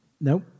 No